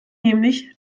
nämlich